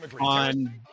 on